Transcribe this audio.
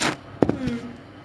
um